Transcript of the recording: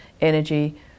energy